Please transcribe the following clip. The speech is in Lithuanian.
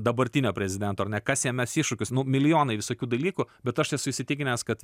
dabartinio prezidento ar ne kas jam mes iššūkius nu milijonai visokių dalykų bet aš esu įsitikinęs kad